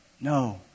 No